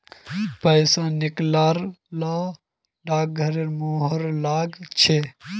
पैसा निकला ल डाकघरेर मुहर लाग छेक